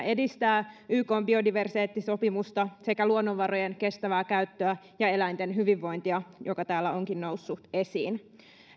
edistää ykn biodiversiteettisopimusta sekä luonnonvarojen kestävää käyttöä ja eläinten hyvinvointia joka täällä onkin noussut esiin